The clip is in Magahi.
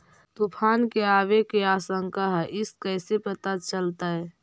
तुफान के आबे के आशंका है इस कैसे पता चलतै?